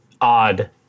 odd